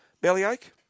Bellyache